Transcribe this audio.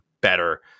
better